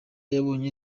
yabonye